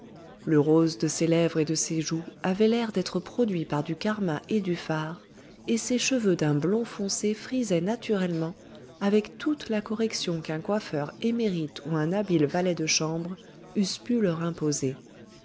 le rose de ses lèvres et de ses joues avait l'air d'être produit par du carmin et du fard et ses cheveux d'un blond foncé frisaient naturellement avec toute la correction qu'un coiffeur émérite ou un habile valet de chambre eussent pu leur imposer